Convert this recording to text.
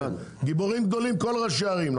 גיבורים גדולים כל ראשי הערים,